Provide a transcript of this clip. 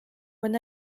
when